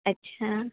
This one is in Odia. ଆଚ୍ଛା